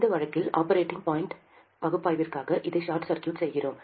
இந்த வழக்கில் operating point பகுப்பாய்விற்காக இதை ஷார்ட் சர்க்யூட் செய்கிறோம்